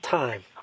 time